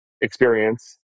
experience